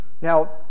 Now